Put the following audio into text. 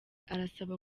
arasaba